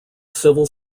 civil